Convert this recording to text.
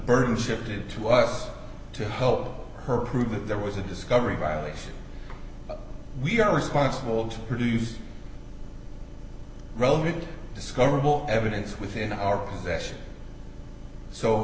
burden shifted to us to help her prove that there was a discovery violation we are responsible to produce relevant discoverable evidence within our possession so